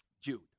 Jude